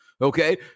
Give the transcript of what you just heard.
Okay